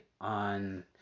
on